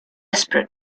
desperate